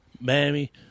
Miami